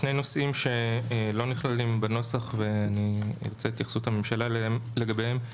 שני נושאים שלא נכללים בנוסח ואני ארצה את התייחסות הממשלה לגביהם.